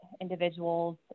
individuals